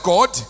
God